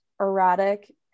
erratic